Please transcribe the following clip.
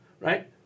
Right